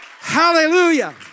Hallelujah